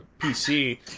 PC